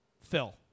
Phil